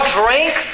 drink